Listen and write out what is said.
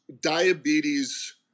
diabetes